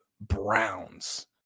browns